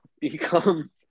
become